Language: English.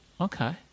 Okay